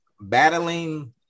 Battling